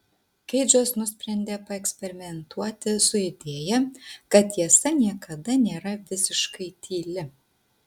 keidžas nusprendė paeksperimentuoti su idėja kad tiesa niekada nėra visiškai tyli